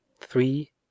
three